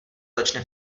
začne